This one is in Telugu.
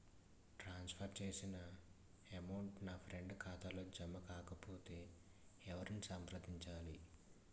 ట్రాన్స్ ఫర్ చేసిన అమౌంట్ నా ఫ్రెండ్ ఖాతాలో జమ కాకపొతే ఎవరిని సంప్రదించాలి?